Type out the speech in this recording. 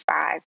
five